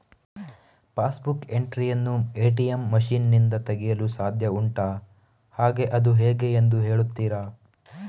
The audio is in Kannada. ಪಾಸ್ ಬುಕ್ ಎಂಟ್ರಿ ಯನ್ನು ಎ.ಟಿ.ಎಂ ಮಷೀನ್ ನಿಂದ ತೆಗೆಯಲು ಸಾಧ್ಯ ಉಂಟಾ ಹಾಗೆ ಅದು ಹೇಗೆ ಎಂದು ಹೇಳುತ್ತೀರಾ?